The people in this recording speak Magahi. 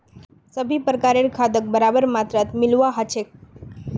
सभी प्रकारेर खादक बराबर मात्रात मिलव्वा ह छेक